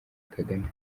kagame